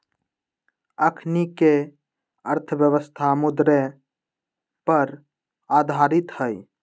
अखनीके अर्थव्यवस्था मुद्रे पर आधारित हइ